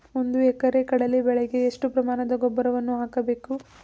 ಒಂದು ಎಕರೆ ಕಡಲೆ ಬೆಳೆಗೆ ಎಷ್ಟು ಪ್ರಮಾಣದ ಗೊಬ್ಬರವನ್ನು ಹಾಕಬೇಕು?